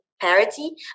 parity